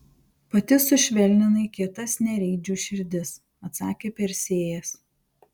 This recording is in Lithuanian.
pati sušvelninai kietas nereidžių širdis atsakė persėjas